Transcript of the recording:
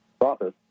office